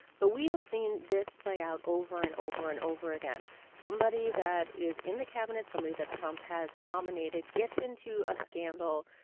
but we have seen this play out over and over and over again somebody that is in the cabinet, somebody that trump has nominated gets into a scandal.